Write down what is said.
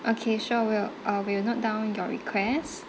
okay sure we'll uh we'll note down your request